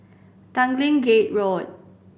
Tanglin Gate Road